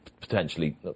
potentially